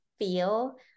Feel